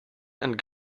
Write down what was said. and